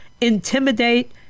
intimidate